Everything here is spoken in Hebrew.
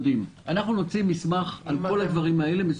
אנחנו נוציא מסמך מסודר אליכם על כל הדברים האלה.